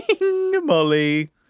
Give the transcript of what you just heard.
Molly